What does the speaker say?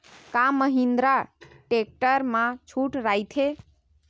का महिंद्रा टेक्टर मा छुट राइथे?